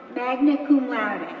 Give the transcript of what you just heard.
magna cum laude,